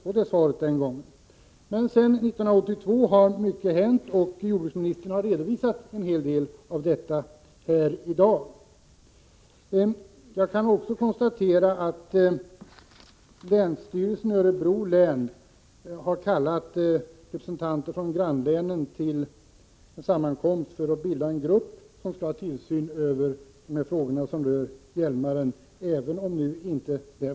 Sedan 1982 har mycket hänt, och jordbruksministern har redovisat en hel del av detta i dag. Länsstyrelsen i Örebro län har kallat representanter från grannlänen till en sammankomst för att bilda en grupp som skall ha tillsyn över de frågor som rör Hjälmaren.